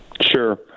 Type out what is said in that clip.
Sure